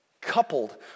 coupled